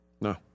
No